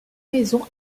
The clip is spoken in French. maisons